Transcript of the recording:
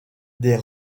des